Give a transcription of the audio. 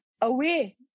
away